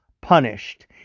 punished